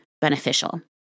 beneficial